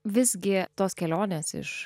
visgi tos kelionės iš